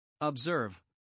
Observe